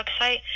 website